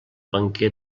banquer